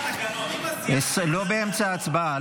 לא באמצע הצבעה,